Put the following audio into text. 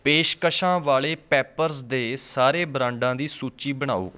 ਪੇਸ਼ਕਸ਼ਾਂ ਵਾਲੇ ਪੈਪਰਜ਼ ਦੇ ਸਾਰੇ ਬ੍ਰਾਂਡਾਂ ਦੀ ਸੂਚੀ ਬਣਾਓ